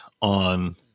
on